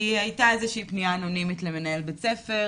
כי הייתה איזו שהיא פניה אנונימית למנהל בית הספר